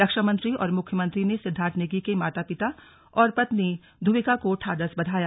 रक्षा मंत्री और मुख्यमंत्री ने सिद्धार्थ नेगी के माता पिता और पत्नी धुविका को ढाढ़स बंधाया